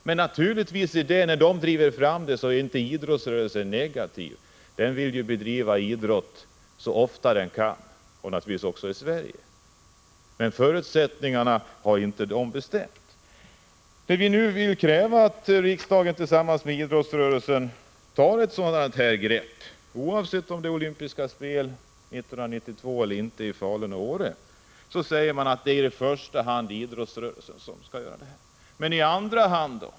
Men när man nu driver fram dessa planer är naturligtvis inte idrottsrörelsen negativ — den vill ju bedriva idrott så ofta den kan, givetvis också i Sverige. Men förutsättningarna har inte idrottsrörelsen bestämt. När vi kräver att riksdagen tillsammans med idrottsrörelsen skall ta ett samlat grepp för att ändra inriktningen av de olympiska spelen, oavsett om det blir sådana spel 1992 i Falun och Åre eller ej, säger utskottet att det i första hand är idrottsrörelsen som skall avgöra på vad sätt idrottstävlingar skall arrangeras. Men i andra hand då?